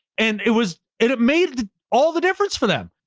and it was, it it made all the difference for them.